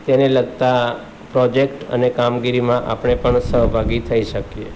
તેને લગતા પ્રોજેક્ટ અને કામગીરીમાં આપણે પણ સહભાગી થઈ શકીએ